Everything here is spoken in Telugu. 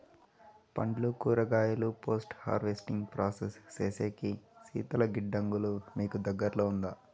పండ్లు కూరగాయలు పోస్ట్ హార్వెస్టింగ్ ప్రాసెస్ సేసేకి శీతల గిడ్డంగులు మీకు దగ్గర్లో ఉందా?